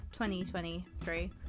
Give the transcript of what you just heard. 2023